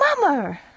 Mummer